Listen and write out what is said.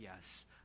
yes